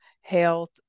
health